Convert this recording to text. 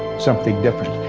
something different,